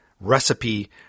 recipe